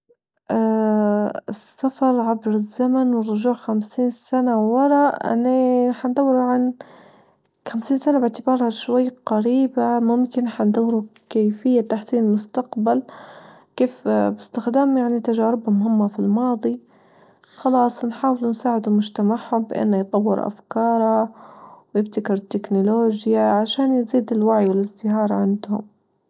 ا السفر عبر الزمن والرجوع خمسين سنة ورا، يعنى حندورو عن خمسين سنة بعتبرها شوي قريبة ممكن حندور كيفية تحسين المستقبل كيف اه بإستخدام يعني تجاربهم هم في الماضي خلاص نحاول نساعد مجتمعهم بانه يطور أفكاره ويبتكر التكنولوجيا عشان يزيد الوعي والإزدهار عندهم.